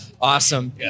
Awesome